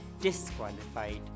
disqualified